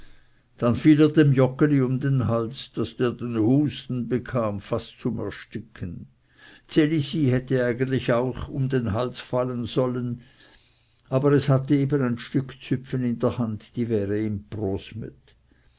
dann fiel er dem joggeli um den hals daß der den husten bekam fast zum ersticken ds elisi hätte eigentlich auch um den hals fallen sollen aber es hatte eben ein stück züpfen in der hand die wäre ihm